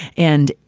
and,